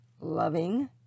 loving